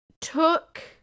took